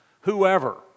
Whoever